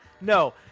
No